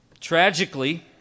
Tragically